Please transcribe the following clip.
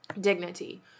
dignity